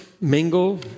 mingle